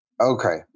Okay